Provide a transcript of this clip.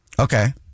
Okay